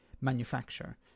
manufacture